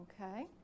Okay